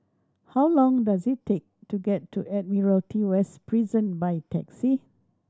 how long does it take to get to Admiralty West Prison by taxi